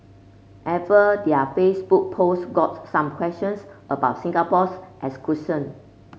ever their Facebook post got some questions about Singapore's exclusion